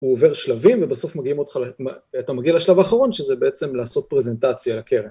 הוא עובר שלבים ובסוף מגיעים אותך, אתה מגיע לשלב האחרון שזה בעצם לעשות פרזנטציה לקרן.